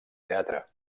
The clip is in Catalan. teatre